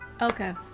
Okay